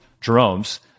Jerome's